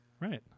Right